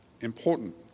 important